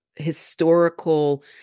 Historical